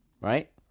right